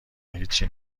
هیچی